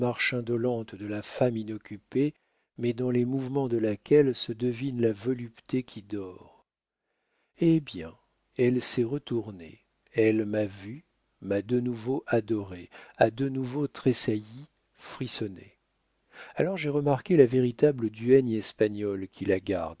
indolente de la femme inoccupée mais dans les mouvements de laquelle se devine la volupté qui dort eh bien elle s'est retournée elle m'a vu m'a de nouveau adoré a de nouveau tressailli frissonné alors j'ai remarqué la véritable duègne espagnole qui la